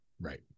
right